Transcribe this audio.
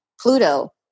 Pluto